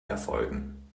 erfolgen